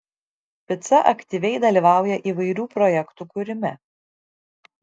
pica aktyviai dalyvauja įvairių projektų kūrime